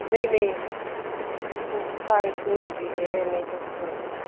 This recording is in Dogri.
नेईं नेईं खुरक् खारश नीं होंदी ऐ नेईं पौंदे न